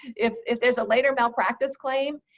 if if there's a later malpractice claim,